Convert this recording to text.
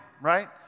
right